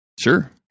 sure